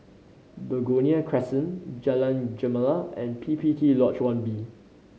Begonia Crescent Jalan Gemala and P P T Lodge One B